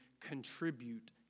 contribute